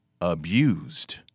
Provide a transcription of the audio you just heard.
abused